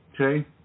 Okay